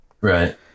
right